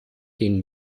denen